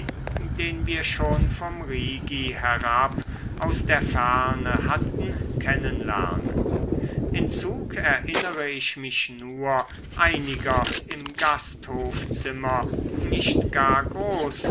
den wir schon vom rigi herab aus der ferne hatten kennen lernen in zug erinnere ich mich nur einiger im gasthofzimmer nicht